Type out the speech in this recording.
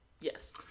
yes